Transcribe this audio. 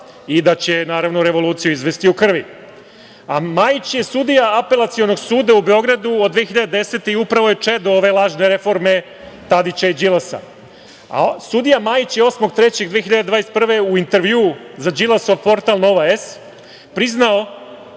i da će, naravno, revoluciju izvesti u krvi. Majić je sudija Apelacionog suda u Beogradu od 2010. godine i upravo je čedo ove lažne reforme Tadića i Đilasa. Sudija Majić je 8. marta 2021. godine u intervjuu za Đilasov portal „Nova S“ priznao,